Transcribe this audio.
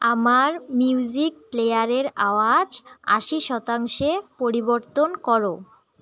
আমার মিউজিক প্লেয়ারের আওয়াজ আশি শতাংশে পরিবর্তন করো